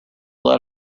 let